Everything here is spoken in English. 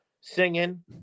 singing